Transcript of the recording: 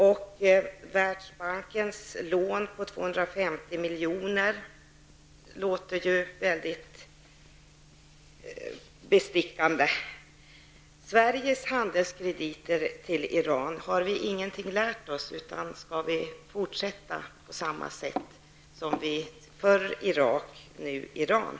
Och Världsbankens lån på 250 miljoner låter ju mycket bestickande. Beträffande Sveriges handelskrediter till Iran undrar jag om vi inte har lärt oss någonting. Skall vi fortsätta på samma sätt med Iran som vi förr gjorde med Irak?